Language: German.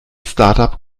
startup